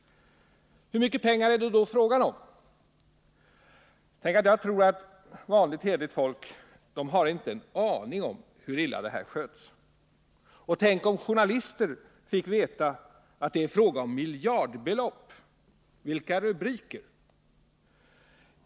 Hur mycket pengar är det då fråga om? Jag tror att vanligt hederligt folk inte har en aning om hur illa det här sköts. Tänk om journalister fick veta att det är fråga om miljardbelopp — vilka rubriker!